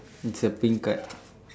it's a pink card